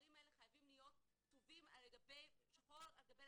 והדברים האלה חייבים להיות כתובים שחור על גבי